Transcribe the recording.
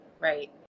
Right